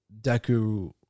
Deku